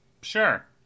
Sure